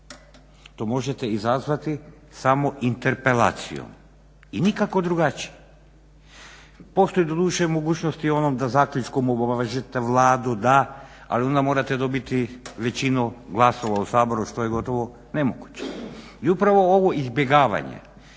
To možete izazvati samo interpelacijom i nikako drugačije. Postoje doduše mogućnosti o onom da zaključkom obvežete Vladu da, ali onda morate dobiti većinu glasova u Saboru što je gotovo nemoguće. I upravo ovo izbjegavanje